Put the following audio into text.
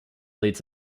leads